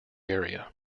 area